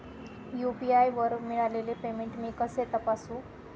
UPI वर मिळालेले payment मी कसे तपासू?